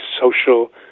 social